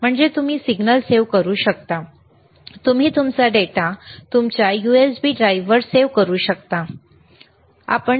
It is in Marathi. म्हणजे तुम्ही सिग्नल सेव्ह करू शकता तुम्ही तुमचा डेटा तुमच्या USB ड्राइव्हवर सेव्ह करू शकता ठीक आहे ना